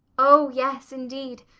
oh yes, indeed.